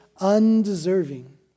undeserving